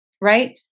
right